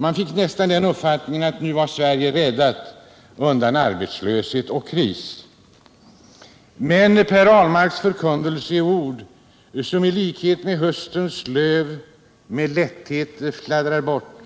Man fick nästan uppfattningen att Sverige nu var räddat undan arbetslöshet och kris. Men Per Ahlmarks förkunnelse är ord som i likhet med höstens löv med lätthet fladdrar bort